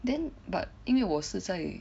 then but 因为我是在